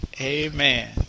amen